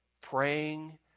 Praying